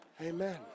Amen